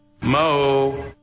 mo